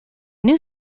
new